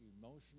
emotional